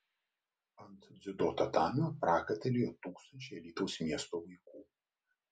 ant dziudo tatamio prakaitą liejo tūkstančiai alytaus miesto vaikų